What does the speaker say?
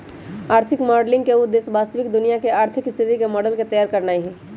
आर्थिक मॉडलिंग के उद्देश्य वास्तविक दुनिया के आर्थिक स्थिति के मॉडल तइयार करनाइ हइ